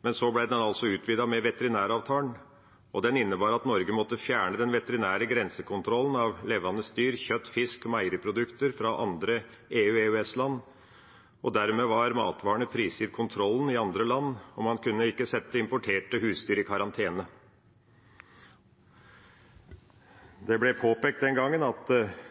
men så ble den altså utvidet med veterinæravtalen, og den innebar at Norge måtte fjerne den veterinære grensekontrollen av levende dyr, kjøtt, fisk og meieriprodukter fra andre EU- og EØS-land. Dermed var matvarene prisgitt kontrollen i andre land, og man kunne ikke sette importerte husdyr i karantene. Det ble påpekt den gangen at